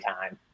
time